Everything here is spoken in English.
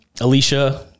Alicia